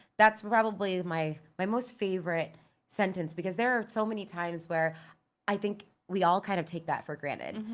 that's probably my my most favorite sentence because there are so many times where i think we all kind of take that for granted.